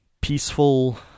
peaceful